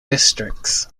districts